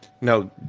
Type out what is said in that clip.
no